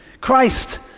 Christ